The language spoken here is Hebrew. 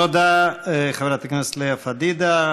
תודה, חברת הכנסת לאה פדידה.